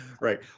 Right